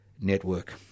network